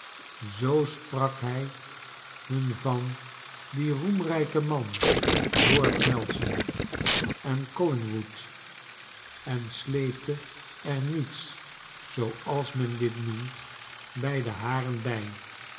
zoo sprak hij hun van dien roemrijken man lord nelson encollingwood en sleepteer niets zooals men dit noemt bij de haren bij